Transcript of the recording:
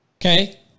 okay